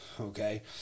Okay